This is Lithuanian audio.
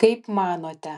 kaip manote